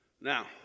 Now